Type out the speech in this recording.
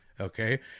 okay